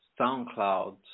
SoundCloud